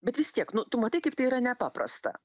bet vis tiek nu tu matai kaip tai yra ne paprasta